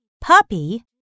Puppy